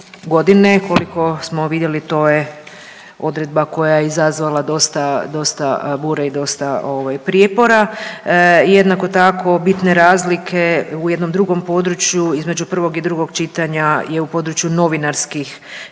godine. Koliko smo vidjeli to je odredba koja je izazvala dosta bure i dosta prijepora. Jednako tako bitne razlike u jednom drugom području između prvog i drugog čitanja je u području novinarskih